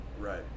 Right